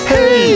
Hey